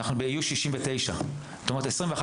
אז אנחנו באיוש של 69. זאת אומרת שיש 21